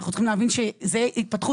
אנחנו צריכים להבין שזו התפתחות,